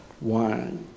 wine